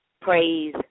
praise